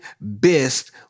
best